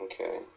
Okay